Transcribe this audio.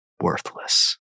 worthless